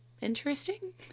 interesting